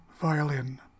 violin